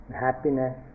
happiness